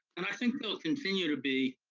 and i think they'll continue to be,